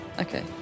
Okay